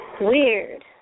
Weird